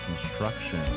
construction